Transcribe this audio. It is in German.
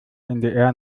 ndr